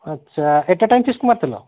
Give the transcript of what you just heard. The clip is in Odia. ଆଚ୍ଛା ଆଟ୍ ଏ ଟାଇମ୍ ଫିକ୍ସ୍ ମାରିଥିଲ